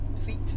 feet